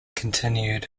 continued